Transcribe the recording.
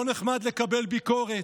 לא נחמד לקבל ביקורת,